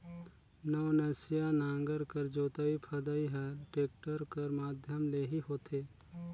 नवनसिया नांगर कर जोतई फदई हर टेक्टर कर माध्यम ले ही होथे